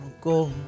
go